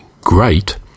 great